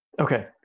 Okay